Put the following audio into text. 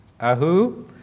Ahu